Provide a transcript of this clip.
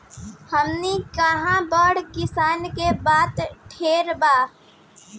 हमनी किहा बड़ किसान के बात ढेर बा